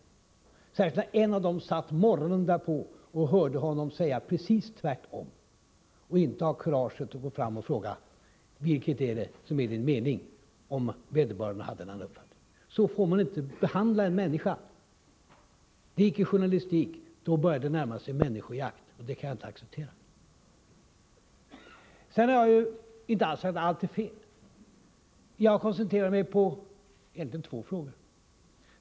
Det gäller särskilt som en av journalisterna morgonen därpå hörde utrikesministern säga precis tvärtom, men inte hade kuraget att — om nu vederbörande hade en annan uppfattning om Lennart Bodströms inställning — gå fram till utrikesministern och fråga: Vilken är din mening? Så får man inte behandla en människa. Det är icke journalistik, utan det börjar närma sig människojakt, och det kan jag inte acceptera. Jag har därmed inte sagt att allt är fel. Men jag koncentrerar mig på två frågor.